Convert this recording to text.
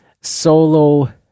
solo